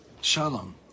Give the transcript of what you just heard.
shalom